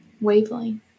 wavelength